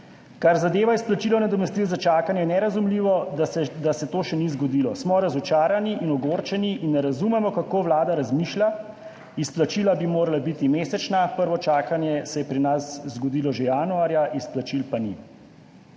Kar zadeva izplačilo nadomestil za čakanje, je nerazumljivo, da se to še ni zgodilo. Smo razočarani in ogorčeni in ne razumemo, kako vlada razmišlja. Izplačila bi morala biti mesečna, prvo čakanje se je pri nas zgodilo že januarja, izplačil pa ni.«